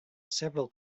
several